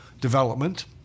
development